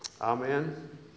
Amen